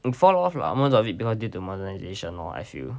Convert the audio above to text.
and fall off lah most of it because due to modernization lor I feel